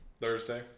Thursday